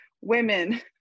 women